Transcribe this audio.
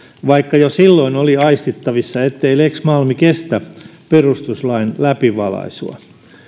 vaikka jo silloin oli aistittavissa ettei lex malmi kestä perustuslain läpivalaisua